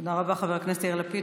תודה רבה, חבר הכנסת יאיר לפיד.